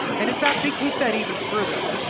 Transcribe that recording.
and in fact they take that even further.